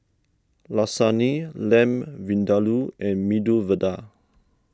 Lasagne Lamb Vindaloo and Medu Vada